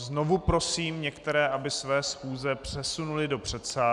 Znovu prosím některé, aby své schůze přesunuli do předsálí.